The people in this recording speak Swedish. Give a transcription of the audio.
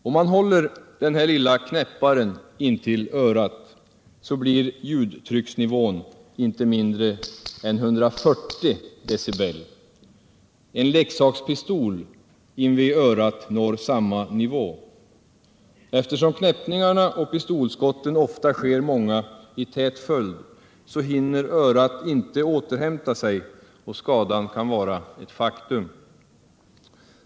Om man håller denna lilla knäppare intill örat blir ljudtrycksnivån inte mindre än 140 decibel. En leksakspistol invid örat når samma nivå. Eftersom knäppningarna och pistolskotten ofta sker många i tät följd, hinner örat inte återhämta sig och skadan kan vara ett faktum.